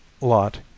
lot